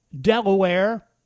Delaware